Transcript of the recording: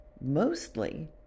Mostly